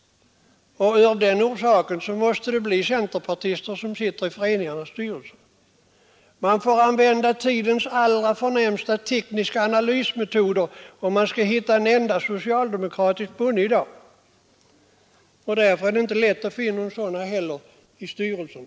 Av den orsaken måste det bli centerpartister som sitter i jordbrukarnas föreningsstyrelser. Man får använda tidens allra förnämsta tekniska analysmetoder, om man skall hitta en enda socialdemokratisk bonde i dag, och därför är det inte heller så lätt att få in några sådana i föreningsstyrelserna.